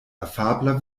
afabla